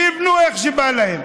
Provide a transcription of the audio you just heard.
שיבנו איך שבא להם.